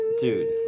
dude